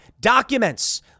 documents